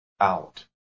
out